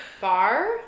bar